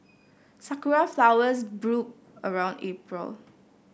sakura flowers bloom around April